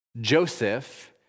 Joseph